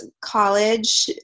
college